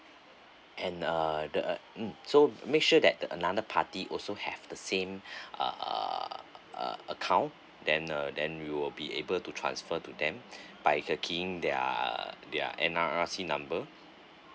and uh the uh mm so make sure that another party also have the same err uh account then uh then we will be able to transfer to them by key in their their N_R_I_C number